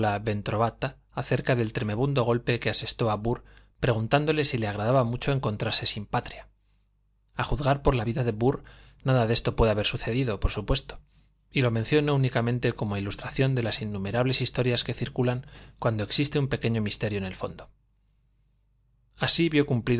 ben trovata acerca del tremebundo golpe que asestó a burr preguntándole si le agradaba mucho encontrarse sin patria a juzgar por la vida de burr nada de esto puede haber sucedido por supuesto y lo menciono únicamente como ilustración de las innumerables historias que circulan cuando existe un pequeño misterio en el fondo así vió